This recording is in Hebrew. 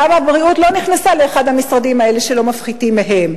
למה הבריאות לא נכנסה לאחד המשרדים האלה שלא מפחיתים מהם?